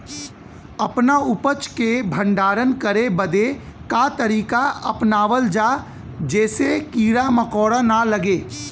अपना उपज क भंडारन करे बदे का तरीका अपनावल जा जेसे कीड़ा मकोड़ा न लगें?